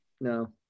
no